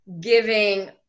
giving